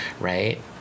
Right